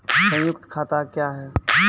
संयुक्त खाता क्या हैं?